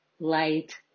light